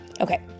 Okay